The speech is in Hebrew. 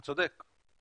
אתה צודק.